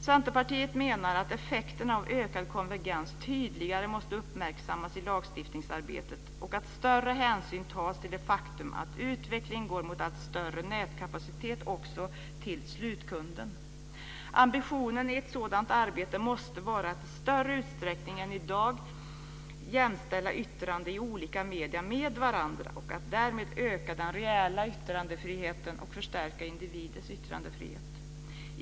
Centerpartiet menar att effekterna av ökad konvergens tydligare måste uppmärksammas i lagstiftningsarbetet och att större hänsyn måste tas till det faktum att utvecklingen går mot allt större nätkapacitet också till slutkunden. Ambitionen i ett sådant arbete måste vara att i större utsträckning än i dag jämställa yttranden i olika medier med varandra och att därmed öka den reella yttrandefriheten och förstärka individens yttrandefrihet.